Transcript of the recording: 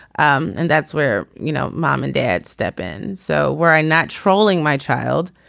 um and that's where you know mom and dad step in. so where i'm not trolling my child